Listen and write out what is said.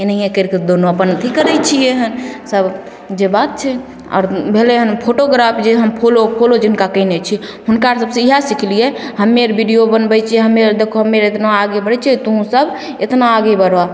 एनाहिये करिके दोनो अपन अथी करय छियै हन सब जे बात छै आओर भेलय हन फोटोग्राफ जे हम फॉलो फॉलो जिनका कयने छियै हुनका अर सबसँ इएह सिखलियै हमे अर वीडियो बनबय छियै हमे अर देखो हमे अर इतना आगे बढ़य छियै तोँ सब इतना आगे बढ़ऽ